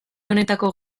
honetako